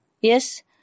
yes